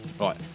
Right